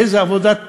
איזו עבודת פרך,